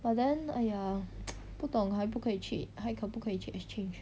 but then !aiya! 不懂还不可以去还可不可以去 exchange